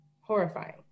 horrifying